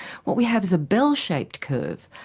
what we have is a bell shaped curve,